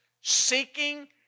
seeking